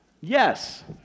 Yes